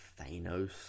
thanos